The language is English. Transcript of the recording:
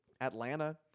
Atlanta